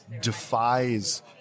defies